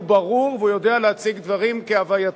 הוא ברור והוא יודע להציג דברים כהווייתם.